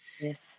Yes